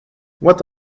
what